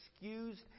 excused